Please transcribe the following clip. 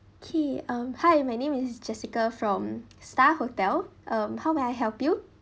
okay um hi my name is jessica from star hotel um how may I help you